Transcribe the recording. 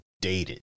dated